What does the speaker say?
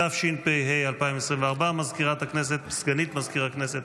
התשפ"ה 2024. סגנית מזכיר הכנסת,